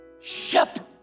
shepherd